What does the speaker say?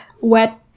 wet